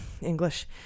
English